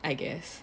I guess